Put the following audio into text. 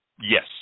Yes